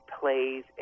plays